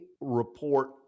report